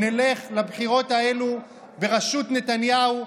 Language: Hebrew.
נלך לבחירות האלה בראשות נתניהו,